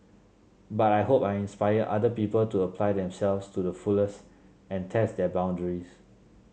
but I hope I inspire other people to apply themselves to the fullest and test their boundaries